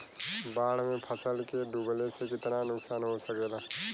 बाढ़ मे फसल के डुबले से कितना नुकसान हो सकेला?